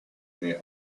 may